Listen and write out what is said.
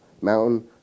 mountain